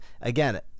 Again